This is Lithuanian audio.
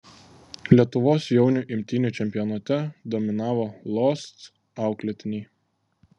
lietuvos jaunių imtynių čempionate dominavo losc auklėtiniai